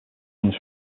comes